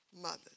mothers